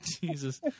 Jesus